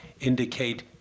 indicate